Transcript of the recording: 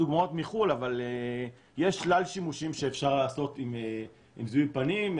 זה דוגמאות מחו"ל אבל יש כלל שימושים שאפשר לעשות עם זיהוי פנים.